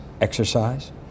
exercise